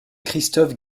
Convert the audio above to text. christophe